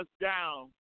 down